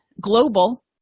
global